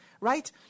Right